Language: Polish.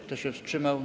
Kto się wstrzymał?